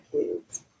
kids